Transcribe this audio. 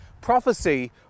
Prophecy